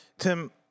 Tim